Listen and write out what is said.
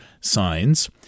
signs